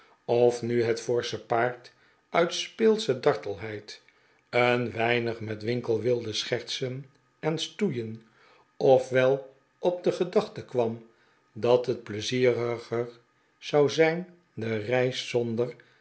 of nu het forsche paard uit speelsche dartelheid een weinig met winkle wilde schertsen en stoeien of wel op de gedaehte kwam dat het pleizieriger zou zijn de reis